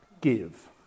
give